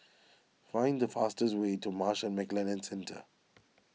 find the fastest way to Marsh and McLennan Centre